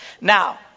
now